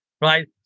right